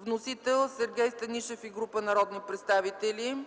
Вносители: Сергей Станишев и група народни представители.